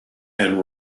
and